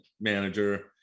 manager